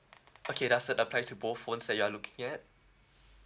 okay does it apply to both phones that you are looking at